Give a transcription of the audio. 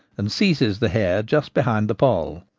and seizes the hare just behind the poll.